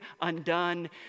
undone